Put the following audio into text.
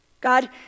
God